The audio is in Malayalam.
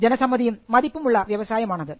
ജനസമ്മതിയും മതിപ്പും ഉള്ള വ്യവസായമാണത്